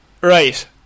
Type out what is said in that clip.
Right